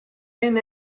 been